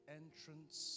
entrance